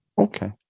Okay